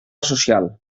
social